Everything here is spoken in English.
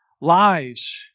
lies